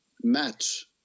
match